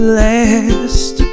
last